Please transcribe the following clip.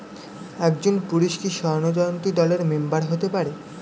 একজন পুরুষ কি স্বর্ণ জয়ন্তী দলের মেম্বার হতে পারে?